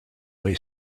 way